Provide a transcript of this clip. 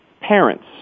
parents